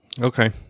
okay